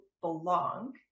belong